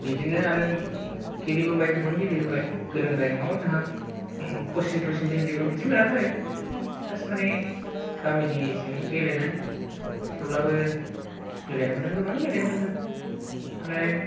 बिदिनो आरो गेलेबोबाय गोबां गेलेबोबाय गोरोंद्राय नङाबाबो जोंहा कसिं थसिंजों जेबो बिदि मोनाखै जास्त माने गामिनिजों गेलेनाय थेवब्लाबो गेलेनो मोनदों गोबां गेलेनो मोनदों ओमफ्राय